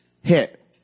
hit